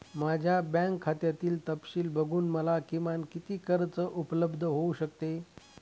माझ्या बँक खात्यातील तपशील बघून मला किमान किती कर्ज उपलब्ध होऊ शकते?